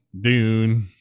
dune